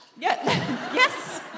Yes